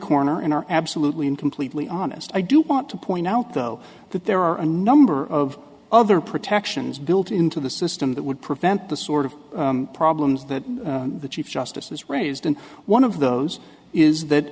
corner and are absolutely and completely honest i do want to point out though that there are a number of other protections built into the system that would prevent the sort of problems that the chief justice has raised and one of those is that